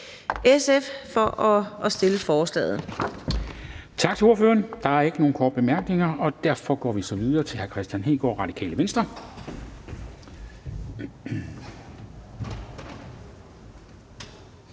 SF for at fremsætte forslaget.